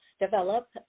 develop